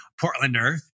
Portlander